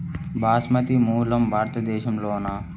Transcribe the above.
బాస్మతి మూలం భారతదేశంలోనా?